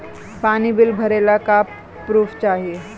पानी बिल भरे ला का पुर्फ चाई?